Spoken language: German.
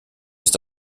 ist